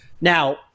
Now